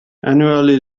annually